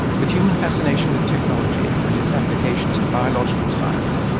with human fascination with technology and its applications in biological science,